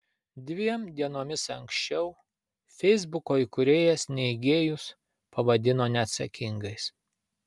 dviem dienomis anksčiau feisbuko įkūrėjas neigėjus pavadino neatsakingais